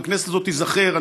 אם הכנסת הזאת תיזכר,